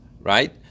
Right